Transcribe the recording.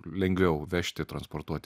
lengviau vežti transportuoti